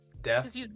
death